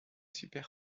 super